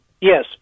Yes